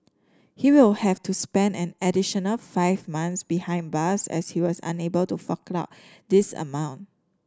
he will have to spend an additional five months behind bars as he was unable to fork out this amount